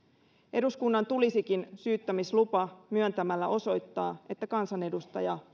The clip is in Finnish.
eduskunnan tulisikin syyttämislupa myöntämällä osoittaa että kansanedustaja